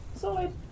solid